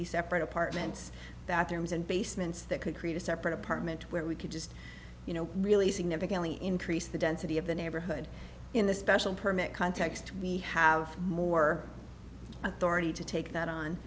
be separate apartments that rooms and basements that could create a separate apartment where we could just you know really significantly increase the density of the neighborhood in the special permit context we have more authority to take that on